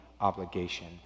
obligation